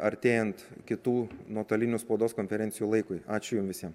artėjant kitų nuotolinių spaudos konferencijų laikui ačiū jum visiem